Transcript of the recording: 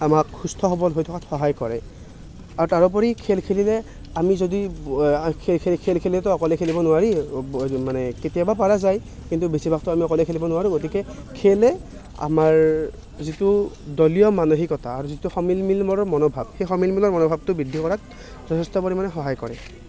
আমাক সুস্থ সবল হৈ থকাত সহায় কৰে আৰু তাৰোপৰি খেল খেলিলে আমি যদি খেল খেলিলেতো অকলে খেলিব নোৱাৰি মানে কেতিয়াবা পৰা যায় কিন্তু বেছিভাগতো আমি অকলে খেলিব নোৱাৰোঁ গতিকে খেলে আমাৰ যিটো দলীয় মানসিকতা আৰু যিটো সমিল মিলৰ মনোভাৱ সেই সমিল মিলৰ মনোভাৱটো বৃদ্ধি কৰাত যথেষ্ট পৰিমানে সহায় কৰে